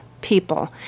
people